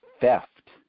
theft